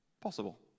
possible